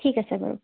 ঠিক আছে বাৰু